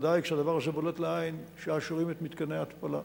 בוודאי הדבר הזה בולט לעין שעה שרואים את מתקני ההתפלה.